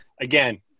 Again